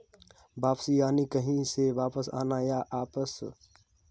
वापसी यानि कहीं से वापस आना, या वापस भेज दिया जाना होता है